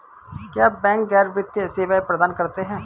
क्या बैंक गैर वित्तीय सेवाएं प्रदान करते हैं?